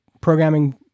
programming